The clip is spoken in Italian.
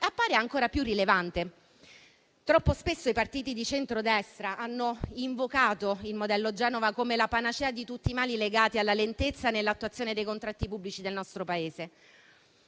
appare ancora più rilevante. Troppo spesso i partiti di centrodestra hanno invocato il modello Genova come la panacea di tutti i mali legati alla lentezza nell'attuazione dei contratti pubblici del nostro Paese.